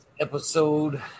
episode